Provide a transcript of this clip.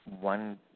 one